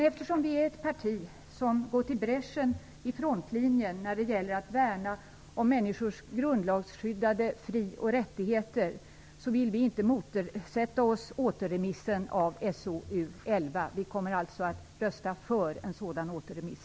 Eftersom vi är ett parti som gått i bräschen och i frontlinjen när det gäller att värna om människors grundlagsskyddade fri och rättigheter, vill vi inte motsätta oss återremissen av SoU11. Vi kommer alltså att rösta för en sådan återremiss.